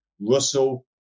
Russell